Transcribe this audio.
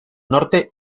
norte